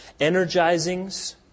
energizings